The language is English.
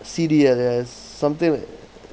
C_D_L ya something like